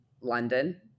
london